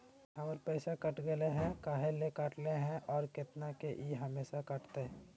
हमर पैसा कट गेलै हैं, काहे ले काटले है और कितना, की ई हमेसा कटतय?